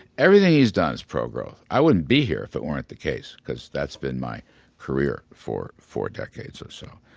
everything he's done is pro growth. i wouldn't be here if that weren't the case because that's been my career for four decades or so.